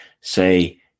say